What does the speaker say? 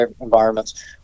environments